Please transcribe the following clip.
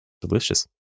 Delicious